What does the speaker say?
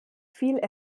viel